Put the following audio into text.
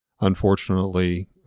Unfortunately